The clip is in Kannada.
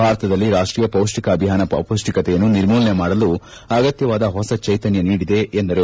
ಭಾರತದಲ್ಲಿ ರಾಷ್ಟೀಯ ಪೌಷ್ಟಿಕ ಅಭಿಯಾನ ಅಪೌಷ್ಟಿಕತೆಯನ್ನು ನಿರ್ಮೂಲನೆ ಮಾಡಲು ಅಗತ್ತವಾದ ಹೊಸ ಚೈತನ್ಯ ನೀಡಿದೆ ಎಂದರು